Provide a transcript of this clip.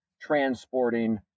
transporting